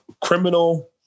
criminal